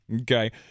okay